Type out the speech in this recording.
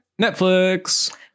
netflix